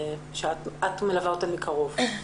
את מלווה אותן בקרוב.